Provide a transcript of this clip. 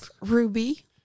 Ruby